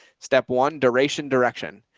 step one, duration direction.